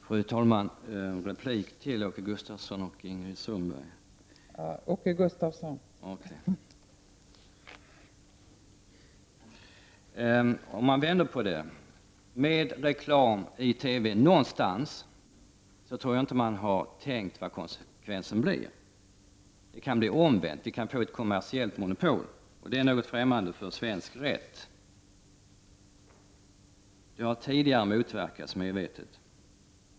Fru talman! Låt oss vända på det hela: Jag tror inte att man har tänkt vad konsekvenserna blir av reklam i TV någonstans. Det kan bli det omvända. Det kan leda till ett kommmersiellt monopol, och det är främmande för svensk rätt. Det har tidigare motverkats medvetet.